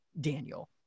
daniel